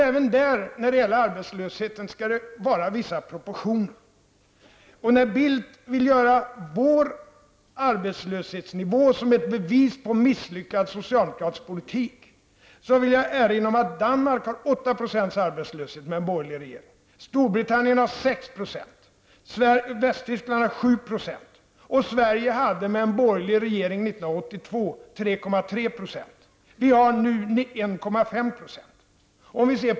Även när det gäller arbetslösheten skall det vara vissa proportioner. När Carl Bildt vill göra den svenska arbetslöshetsnivån till ett bevis på misslyckad socialdemokratisk politik, ber jag att få erinra om att Danmark med en borgerlig regering har 8 % arbetslöshet, att Storbritannien har 6 % arbetslöshet år 1982. Arbetslösheten är nu nere i 1,5 %.